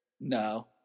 No